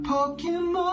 Pokemon